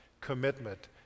commitment